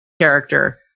character